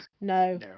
No